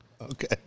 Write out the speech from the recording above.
Okay